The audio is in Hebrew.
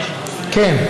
כן.